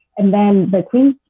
and then the queenslib.